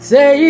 Say